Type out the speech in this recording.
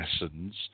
lessons